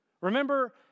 Remember